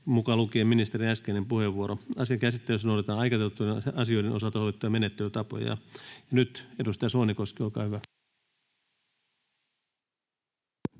mukaan lukien ministerin äskeinen puheenvuoro. Asian käsittelyssä noudatetaan aikataulutettujen asioiden osalta sovittuja menettelytapoja. — Nyt edustaja Soinikoski, olkaa hyvä.